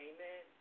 Amen